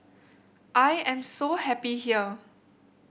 I am so happy here